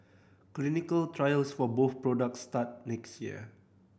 clinical trials for both products start next year